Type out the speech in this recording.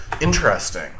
Interesting